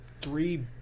three